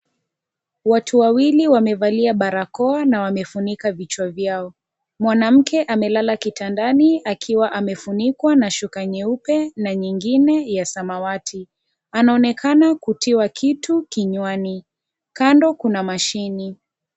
Watu wawili waliovalia barakoa na wamefunika vichwa vyao. Mwanamke amelala kitandani akiwa amefunikwa na shuka nyeupe na nyingine ya samawati. Anaonekana kutiwa kitu kinywani. Kando kuna mashine.